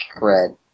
red